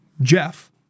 Jeff